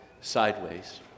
Sideways